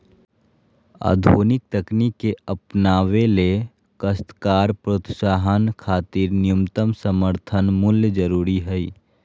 आधुनिक तकनीक के अपनावे ले काश्तकार प्रोत्साहन खातिर न्यूनतम समर्थन मूल्य जरूरी हई